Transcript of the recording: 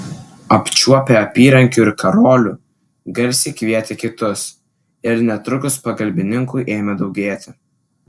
apčiuopę apyrankių ir karolių garsiai kvietė kitus ir netrukus pagalbininkų ėmė daugėti